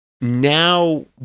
now